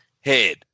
head